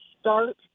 start